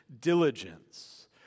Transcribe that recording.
diligence